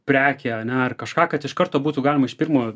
prekę ane ar kažką kad iš karto būtų galima iš pirmo